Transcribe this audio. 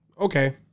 Okay